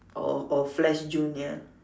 or or flash junior